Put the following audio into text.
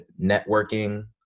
networking